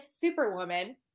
Superwoman